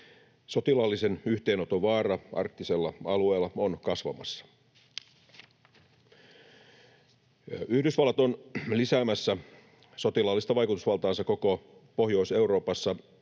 Sotilaallisen yhteenoton vaara arktisella alueella on kasvamassa. Yhdysvallat on lisäämässä sotilaallista vaikutusvaltaansa koko Pohjois-Euroopassa